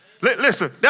Listen